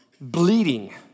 bleeding